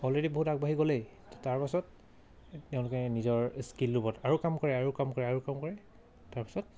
already বহুত আগবাঢ়ি গ'লেই তাৰপাছত তেওঁলোকে নিজৰ স্কিলৰূপত আৰু কাম কৰে আৰু কাম কৰে আৰু কাম কৰে তাৰপাছত